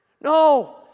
No